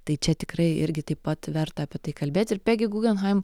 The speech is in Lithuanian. tai čia tikrai irgi taip pat verta apie tai kalbėti ir pegi gugenhaim